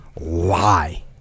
lie